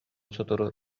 сотору